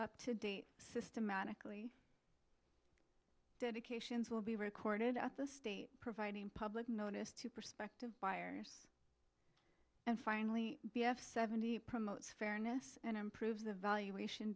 up to date systematically dedications will be recorded at the state providing public notice to prospective buyers and finally b f seventy promotes fairness and improves the valuation